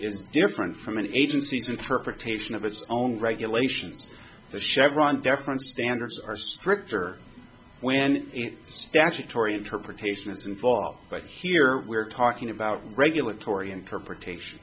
is different from an agency's interpretation of its own regulations the chevron deference standards are stricter when statutory interpretation is involved but here we're talking about regulatory interpretation